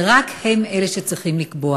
ורק הם צריכים לקבוע.